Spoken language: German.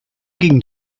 ging